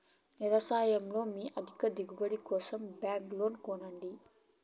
వ్యవసాయంలో మీ అధిక దిగుబడి కోసం బ్యాక్ లోడర్ కొనండి